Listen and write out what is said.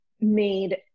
made